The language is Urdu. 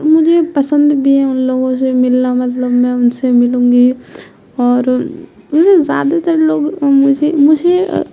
مجھے پسند بھی ہیں ان لوگوں سے ملنا مطلب میں ان سے ملوں گی اور مے زیادہ تر لوگ مجھے مجھے